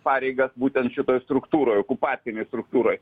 pareigas būtent šitoj struktūroj okupacinėj struktūroj